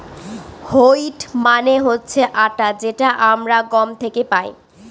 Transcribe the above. wheat মানে হচ্ছে আটা যেটা আমরা গম থেকে পাই